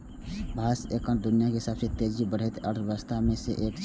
भारत एखन दुनियाक सबसं तेजी सं बढ़ैत अर्थव्यवस्था मे सं एक छै